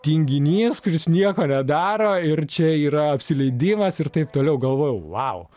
tinginys kuris nieko nedaro ir čia yra apsileidimas ir taip toliau galvojau vau